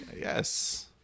Yes